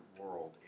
world